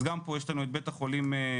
אז גם פה יש לנו את בית החולים ברזילי